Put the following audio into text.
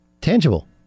tangible